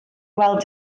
weld